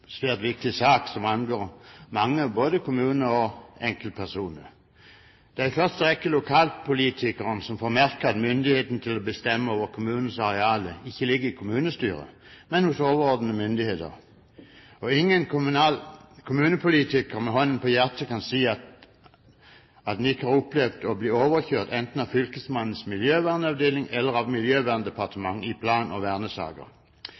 viktig sak som angår mange, både kommuner og enkeltpersoner. Det er i første rekke lokalpolitikerne som får merke at myndigheten til å bestemme over kommunens arealer ikke ligger i kommunestyret, men hos overordnede myndigheter. Ingen kommunepolitiker kan med hånden på hjertet si at han ikke har opplevd å bli overkjørt enten av fylkesmannens miljøvernavdeling eller av Miljøverndepartementet i plan- og vernesaker.